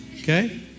okay